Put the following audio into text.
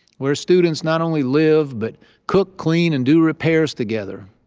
where students not only live but cook, clean, and do repairs together,